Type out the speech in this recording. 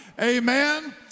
amen